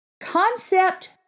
concept